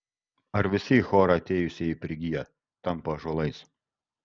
ar visi į chorą atėjusieji prigyja tampa ąžuolais